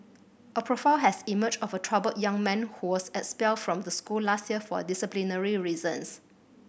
a profile has emerged of a troubled young man who was expelled from the school last year for disciplinary reasons